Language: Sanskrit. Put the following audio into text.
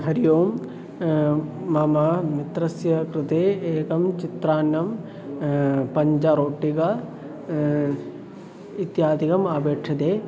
हरि ओं मम मित्रस्य कृते एकं चित्रान्नं पञ्जरोटिका इत्यादिकम् अपेक्षते